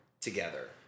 together